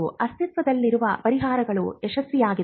ಅಸ್ತಿತ್ವದಲ್ಲಿರುವ ಪರಿಹಾರಗಳು ಯಶಸ್ವಿಯಾಗಿವೆ